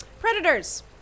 Predators